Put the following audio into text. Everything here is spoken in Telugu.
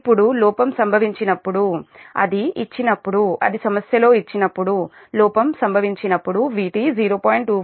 ఇప్పుడు లోపం సంభవించినప్పుడు అది ఇచ్చినప్పుడు అది సమస్యలో ఇచ్చినప్పుడు లోపం సంభవించినప్పుడు Vt 0